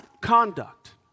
conduct